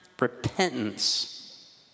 repentance